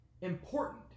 important